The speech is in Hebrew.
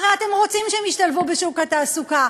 הרי אתם רוצים שהם ישתלבו בשוק התעסוקה,